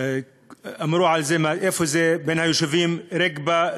אמרו איפה זה: בין היישובים רגבה,